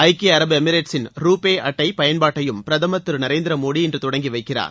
ஐக்கிய அரபு எமிரேட்ஸ்சின் ரூபே அட்டை பயன்பாட்டையும் பிரதமர் திரு நரேந்திர மோடி இன்று தொடங்கி வைக்கிறார்